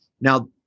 now